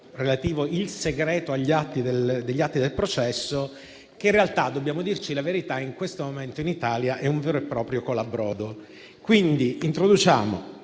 rafforzare il segreto degli atti del processo, che in realtà - dobbiamo dirci la verità - in questo momento in Italia è un vero e proprio colabrodo. Introduciamo